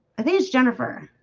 i think it's jennifer